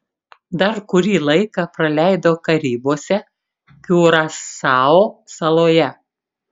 dar kurį laiką praleido karibuose kiurasao saloje